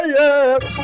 yes